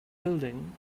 building